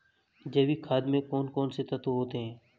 जैविक खाद में कौन कौन से तत्व होते हैं?